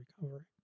recovery